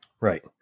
Right